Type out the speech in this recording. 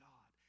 God